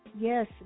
yes